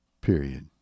period